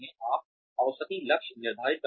आप औसती लक्ष्य निर्धारित करते हैं